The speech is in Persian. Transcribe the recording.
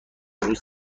روز